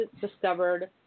discovered